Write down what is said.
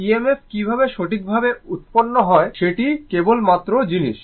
EMF কীভাবে সঠিকভাবে উত্পন্ন হয় সেটি কেবল মাত্র জিনিস